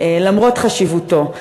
למרות חשיבותו,